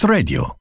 Radio